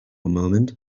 moment